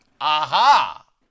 Aha